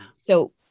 So-